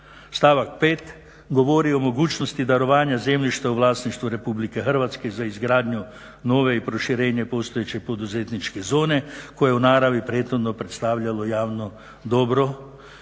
Stavak 5. govori o mogućnosti darovanja zemljišta u vlasništvu Republike Hrvatske za izgradnju nove i proširenje postojeće poduzetničke zone koja je u naravi prethodno predstavljalo javno dobro,